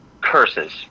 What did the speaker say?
curses